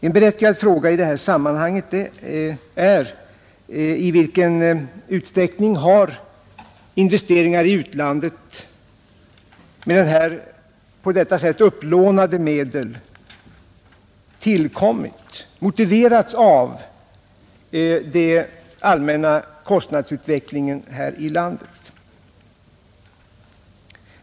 En berättigad fråga i detta sammanhang är i vilken utsträckning investeringar i utlandet med på detta sätt upplånade medel har motiverats av den allmänna kostnadsutvecklingen här i landet.